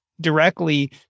directly